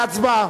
להצבעה.